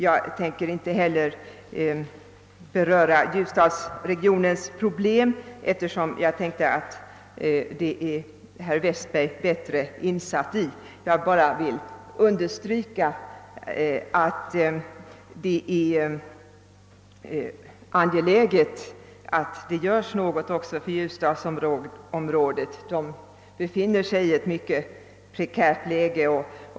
Jag tänker inte beröra Ljusdalsregionens problem, eftersom herr Westberg har tagit upp dessa särskilt. Jag vill bara understryka att det är angeläget att något görs också för Ljusdalsregionen. Man befinner sig där i ett mycket prekärt läge.